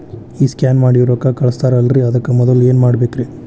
ಈ ಸ್ಕ್ಯಾನ್ ಮಾಡಿ ರೊಕ್ಕ ಕಳಸ್ತಾರಲ್ರಿ ಅದಕ್ಕೆ ಮೊದಲ ಏನ್ ಮಾಡ್ಬೇಕ್ರಿ?